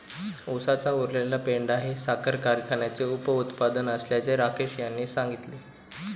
उसाचा उरलेला पेंढा हे साखर कारखान्याचे उपउत्पादन असल्याचे राकेश यांनी सांगितले